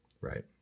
Right